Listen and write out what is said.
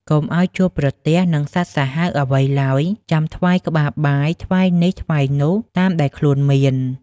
កុំឲ្យជួបប្រទះនឹងសត្វសាហាវអ្វីឡើយ ចាំថ្វាយក្បាលបាយ ឬថ្វាយនេះ ថ្វាយនោះតាមដែលខ្លួនមាន ។